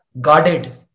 guarded